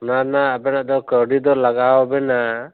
ᱚᱱᱟ ᱨᱮᱱᱟᱜ ᱟᱵᱮᱱᱟᱜ ᱫᱚ ᱠᱟᱹᱣᱰᱤ ᱫᱚ ᱞᱟᱜᱟᱣ ᱟᱵᱮᱱᱟ